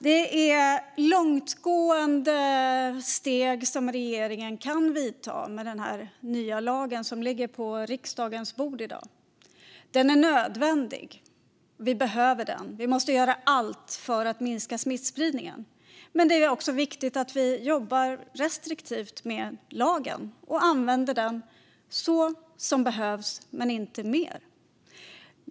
Det är långtgående steg som regeringen kan vidta med den nya lag som ligger på riksdagens bord i dag. Den är nödvändig. Vi behöver den. Vi måste göra allt för att minska smittspridningen. Men det är också viktigt att vi jobbar restriktivt med lagen och använder den som det behövs men inte mer.